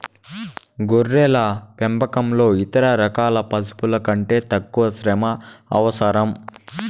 గొర్రెల పెంపకంలో ఇతర రకాల పశువుల కంటే తక్కువ శ్రమ అవసరం